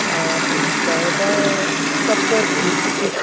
प्रायः सप्ततिः इति